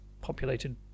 populated